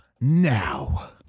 Now